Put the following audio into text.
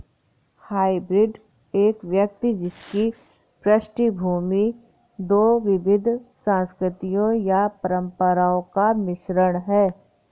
hybrid एक व्यक्ति जिसकी पृष्ठभूमि दो विविध संस्कृतियों या परंपराओं का मिश्रण है